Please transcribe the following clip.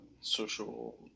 social